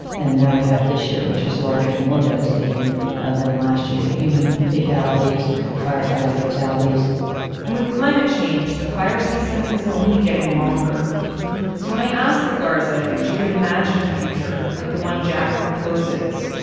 and now we have this year which is larger and more devastating than last year, human fatalities, firefighter fatalities and with climate change, the fire season is only getting longer. so when i asked legarza if she could imagine a future like the one jack proposes,